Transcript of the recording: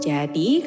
Jadi